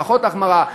פחות החמרה,